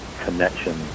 connection